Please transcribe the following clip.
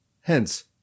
Hence